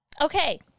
Okay